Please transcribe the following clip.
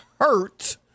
hurt